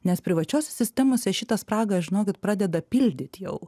nes privačiose sistemose šitą spragą žinokit pradeda pildyt jau